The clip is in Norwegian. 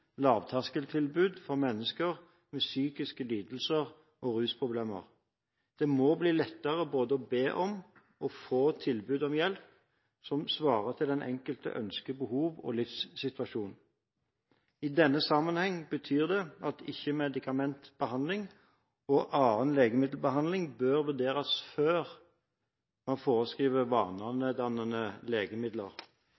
lavterskeltilbud for mennesker med psykiske lidelser og rusproblemer. Det må bli lettere både å be om og å få tilbud om hjelp som svarer til den enkeltes ønsker, behov og livssituasjon. I denne sammenheng betyr det at ikke-medikamentell behandling og annen legemiddelbehandling bør vurderes før man